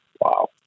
Wow